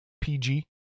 PG